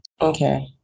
Okay